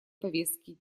повестки